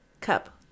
cup